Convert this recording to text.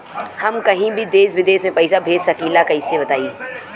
हम कहीं भी देश विदेश में पैसा भेज सकीला कईसे बताई?